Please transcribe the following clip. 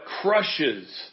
crushes